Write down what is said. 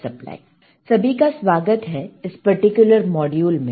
सभी का स्वागत है इस पर्टिकुलर मॉड्यूल में